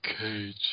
Cage